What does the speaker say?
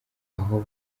aho